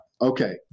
okay